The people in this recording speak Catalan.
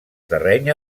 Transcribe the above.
terreny